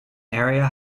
area